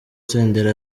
senderi